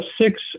six